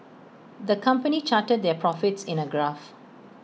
the company charted their profits in A graph